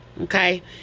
okay